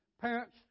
parents